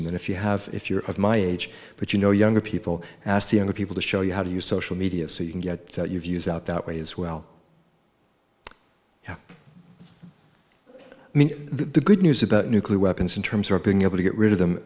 that if you have if you're of my age but you know younger people ask the younger people to show you how to use social media so you can get your views out that way as well i mean the good news about nuclear weapons in terms of being able to get rid of them